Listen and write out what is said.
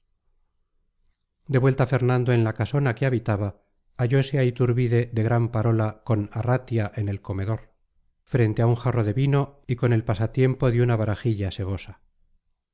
de vuelta fernando en la casona que habitaba hallose a iturbide de gran parola con arratia en el comedor frente a un jarro de vino y con el pasatiempo de una barajilla sebosa